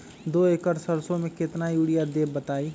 दो एकड़ सरसो म केतना यूरिया देब बताई?